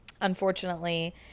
unfortunately